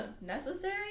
necessary